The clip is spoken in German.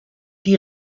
die